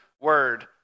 word